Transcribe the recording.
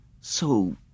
So